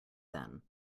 then